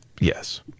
Yes